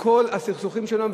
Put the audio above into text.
בכל הסכסוכים שלו,